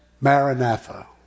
maranatha